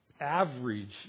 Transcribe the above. average